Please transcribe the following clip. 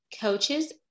coaches